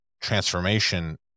transformation